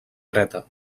dreta